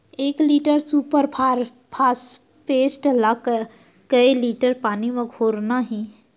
एक litre super phosphate ला कए लीटर पानी मा घोरना हे?